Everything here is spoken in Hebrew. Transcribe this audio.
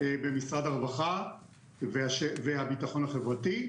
במשרד הרווחה והביטחון החברתי.